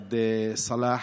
ראאד סלאח.